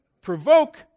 Provoke